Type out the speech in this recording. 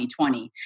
2020